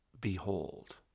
Behold